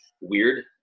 weird